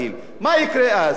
על איזה עורף מדברים?